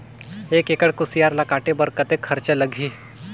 एक एकड़ कुसियार ल काटे बर कतेक खरचा लगही?